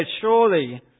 surely